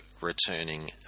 returning